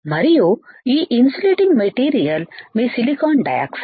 మరియు ఈ insulating material మీ సిలికాన్ డై ఆక్సైడ్